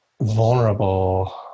vulnerable